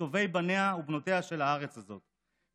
מטובי בניה ובנותיה של הארץ הזאת,